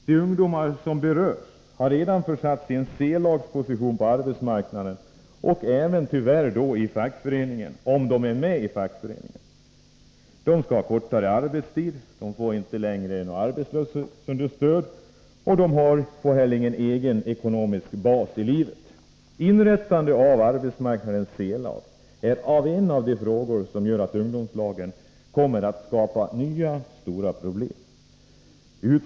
De ungdomar som berörs har redan försatts i en C-lagsposition på arbetsmarknaden och tyvärr även i fackföreningen — om de nu är med i fackföreningen. De skall ha kortare arbetstid, de får inte längre något arbetslöshetsunderstöd, och de får heller ingen egen ekonomisk bas i livet. Inrättandet av detta arbetsmarknadens C-lag är en av de saker som gör att ungdomslagen kommer att skapa nya stora problem.